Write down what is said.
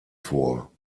vor